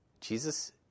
Jesus